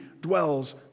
dwells